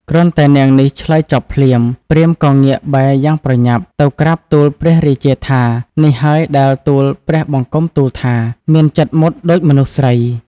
គ្រាន់តែនាងនេះឆ្លើយចប់ភ្លាម ព្រាហ្មណ៍ក៏ងាកបែរយ៉ាងប្រញាប់ ទៅក្រាបទូលព្រះរាជាថា នេះហើយដែលទូលព្រះបង្គំទូលថា មានចិត្តមុតដូចមនុស្សស្រី ។